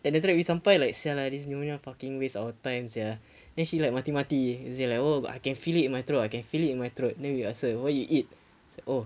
and then after that we sampai sia lah this nyonya fucking waste our time sia then she like mati mati she said like oh I can feel it in my throat I can feel it in my throat then we asked her what you eat she's like oh